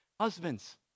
Husbands